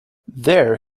there